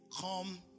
come